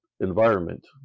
environment